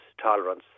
tolerance